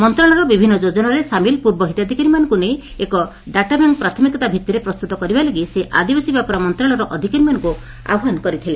ମନ୍ତଶାଳୟର ବିଭିନ୍ ଯୋଜନାରେ ସାମିଲ ପୂର୍ବ ହିତାଧ୍ବକାରୀମାନଙ୍କୁ ନେଇ ଏକ ଡାଟାବ୍ୟାଙ୍କ ପ୍ରାଥମିକତା ଭିତିରେ ପ୍ରସ୍ତୁତ କରିବା ଲାଗି ସେ ଆଦିବାସୀ ବ୍ୟାପାର ମନ୍ତଶାଳୟର ଅଧିକାରୀମାନଙ୍କୁ ଆହ୍ୱାନ କରିଥିଲେ